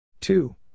two